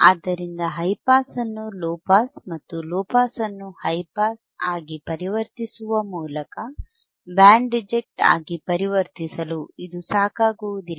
ಆದ್ದರಿಂದ high pass ಅನ್ನು low pass ಮತ್ತು ಲೊ ಪಾಸ್ ಅನ್ನು ಹೈ ಪಾಸ್ ಆಗಿ ಪರಿವರ್ತಿಸುವ ಮೂಲಕ ಬ್ಯಾಂಡ್ ರಿಜೆಕ್ಟ್ ಆಗಿ ಪರಿವರ್ತಿಸಲು ಇದು ಸಾಕಾಗುವುದಿಲ್ಲ